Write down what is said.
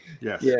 Yes